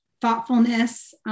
thoughtfulness